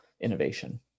innovation